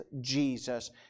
Jesus